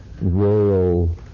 rural